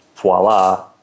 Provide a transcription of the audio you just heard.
voila